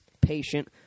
patient